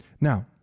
Now